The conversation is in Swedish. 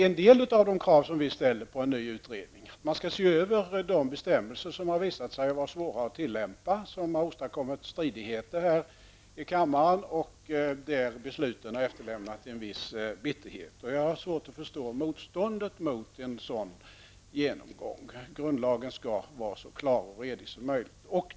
En del av de krav som vi ställer på en ny utredning är att den skall se över de bestämmelser som visat sig vara svåra att tillämpa och som har åstadkommit stridigheter här i kammaren, där besluten har efterlämnat en viss bitterhet. Jag har svårt att förstå motståndet mot en sådan genomgång. Grundlagen skall vara så klar och redig som möjligt.